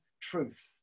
truth